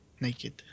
naked